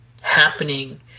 happening